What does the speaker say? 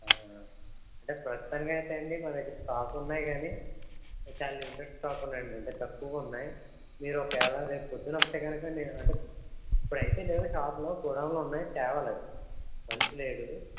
అంటే ప్రస్తుతానికైతే అండి మా దగ్గర స్టాక్ ఉన్నాయి గానీ చాలా లిమిటెడ్ స్టాక్ ఉన్నాయండి అంటే చాలా తక్కువ ఉన్నాయి మీరు ఒకవేళ రేపు పొద్దున వస్తే గనుక అంటే ఇప్పుడైతే లేవు షాప్లో గోడౌన్లో ఉన్నాయి తేవాలి అవి మనిషి లేడు